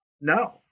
No